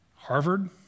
Harvard